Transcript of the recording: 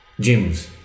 gyms